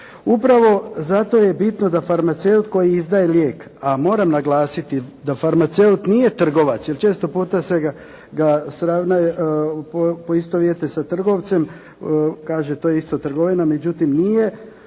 Upravo zato je bitno da farmaceut koji izdaje lijek, a moram naglasiti da farmaceut nije trgovac, jer često puta se ga poistovjete sa trgovcem, kaže to je isto trgovina, međutim nije,